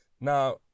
Now